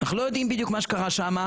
אנחנו לא יודעים בדיוק מה שקרה שם,